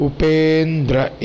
Upendra